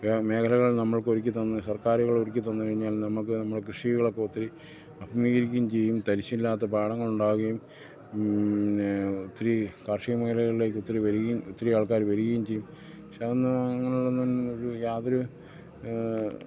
മേഖലകൾ നമ്മൾക്ക് ഒരുക്കി തന്നു സർക്കാരുകൾ ഒരുക്കി തന്നു കഴിഞ്ഞാൽ നമുക്ക് നമ്മൾ കൃഷികളൊക്കെ ഒത്തിരി അഭിമുഖീകരിക്കുകയും ചെയ്യും തരിശില്ലാത്ത പാടങ്ങളുണ്ടാവുകയും ഒത്തിരി കാർഷിക മേഖലകളിലേക്ക് ഒത്തിരി വരികയും ഒത്തിരി ആൾക്കാർ വരികയും ചെയ്യും ഒരു യാതൊരു